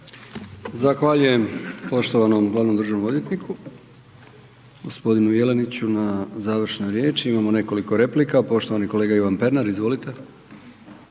Zahvaljujem poštovanom glavnom državnom odvjetniku g. Jeleniću na završnoj riječi. Imamo nekoliko replika, poštovani kolega Ivan Pernar, izvolite.